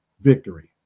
victory